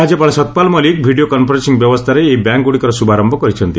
ରାଜ୍ୟପାଳ Satpal Malik video conferencing ବ୍ୟବସ୍ଥାରେ ଏହି ବ୍ୟାଙ୍କଗୁଡ଼ିକର ଶୁଭାରମ୍ଭ କରିଛନ୍ତି